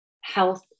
health